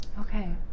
Okay